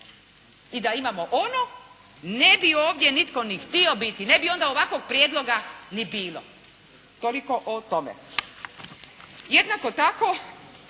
I da imamo ono ne bi ovdje nitko ni htio biti, ne bi onda ovakvog prijedloga ni bilo. Toliko o tome. Jednako tako